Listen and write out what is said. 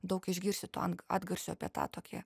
daug išgirsti tų an atgarsių apie tą tokį